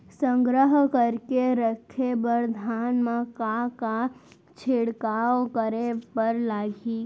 संग्रह करके रखे बर धान मा का का छिड़काव करे बर लागही?